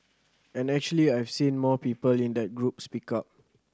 and actually I've seen more people in that group speak up